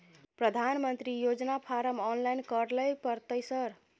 प्रधानमंत्री योजना form online करैले परतै सर?